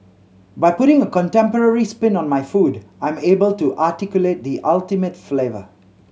by putting a contemporary spin on my food I'm able to articulate the ultimate flavour